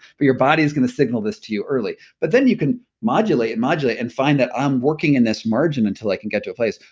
but your body is going to signal this to you early, early, but then you can modulate and modulate and find that, i'm working in this margin until i can get to a place,